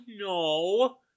no